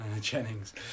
Jennings